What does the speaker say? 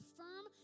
firm